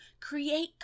create